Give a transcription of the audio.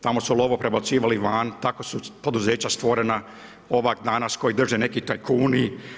Tamo su lovu prebacivali van, tako su poduzeća stvorena, ova danas koji drže neki tajkuni.